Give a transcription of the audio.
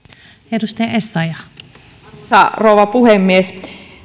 arvoisa rouva puhemies